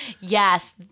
Yes